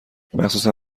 مخصوصا